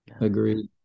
Agreed